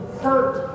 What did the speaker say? hurt